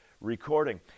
recording